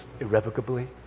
irrevocably